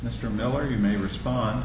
mr miller you may respond